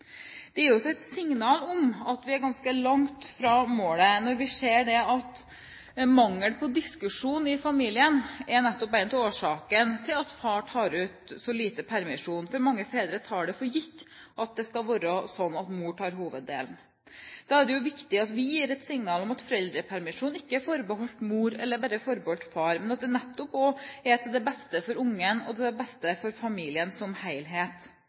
Det er også et signal om at vi er ganske langt fra målet når vi ser at mangel på diskusjon i familien nettopp er en av årsakene til at far tar ut så lite permisjon, for mange fedre tar det for gitt at det skal være sånn at mor tar hoveddelen. Da er det jo viktig at vi gir et signal om at foreldrepermisjonen ikke er forbeholdt mor eller bare forbeholdt far, men at det nettopp også skal være til det beste for barnet og til det beste for familien som